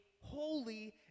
holy